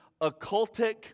occultic